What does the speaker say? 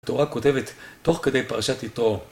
התורה כותבת תוך כדי פרשת יתרו.